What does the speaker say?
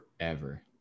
forever